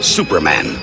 Superman